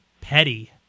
Petty